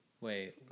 wait